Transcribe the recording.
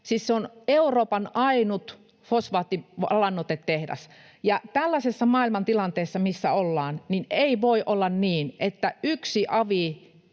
se on Euroopan ainut fosfaattilannoitetehdas. Tällaisessa maailmantilanteessa, missä ollaan, ei voi olla niin, että yksi avi